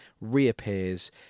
reappears